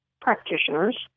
practitioners